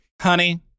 Honey